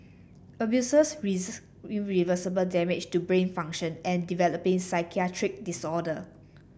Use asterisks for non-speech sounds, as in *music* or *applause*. abusers *unintelligible* irreversible damage to brain function and developing psychiatric disorder